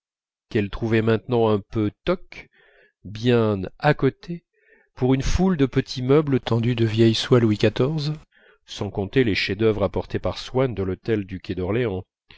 qu'elle trouvait maintenant un peu toc bien à côté par une foule de petits meubles tendus de vieilles soies louis xiv sans compter les chefs-d'œuvre apportés par swann de l'hôtel du quai d'orléans